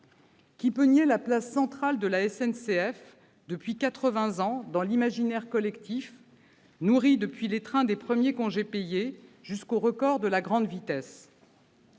Qui peut nier la place centrale de la SNCF, depuis quatre-vingts ans, dans l'imaginaire collectif, depuis les trains des premiers congés payés jusqu'aux records de la grande vitesse